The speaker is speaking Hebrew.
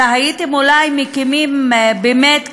אלא הייתם אולי מקימים באמת,